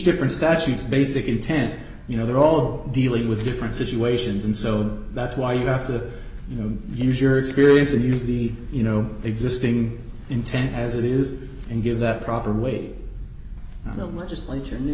different statutes basic intent you know they're all dealing with different situations and so that's why you have to you know use your experience and use the you know existing intent as it is and give that proper way it was just like you knew